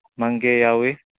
ꯃꯪꯒꯦ ꯌꯥꯎꯋꯤ